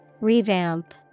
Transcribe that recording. Revamp